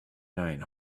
night